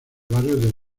barrio